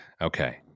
Okay